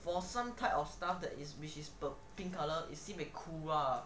for some type of stuff that is which is pink color is sibeh cool lah